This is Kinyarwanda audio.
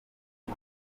ibi